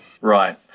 Right